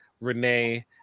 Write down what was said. Renee